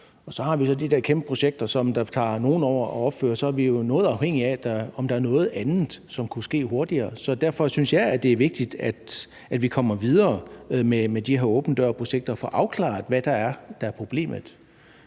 og så har vi de der kæmpe projekter, som tager nogle år at opføre, og så er vi noget afhængige af, om der er noget andet, som kunne ske hurtigere. Så derfor synes jeg, det er vigtigt, at vi kommer videre med de her åben dør-projekter og får afklaret, hvad det er, der er problemet.